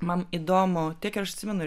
man įdomu tiek aš atsimenu